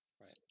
Right